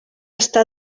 està